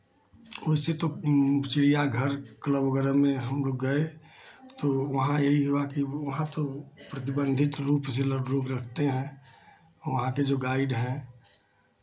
वैसे तो चिड़ियाघर क्लब वगैरह में हम लोग गए तो वहाँ यही हुआ कि वहाँ तो प्रतिबंधित रूप से लोग रखते हैं वहाँ के जो गाइड हैं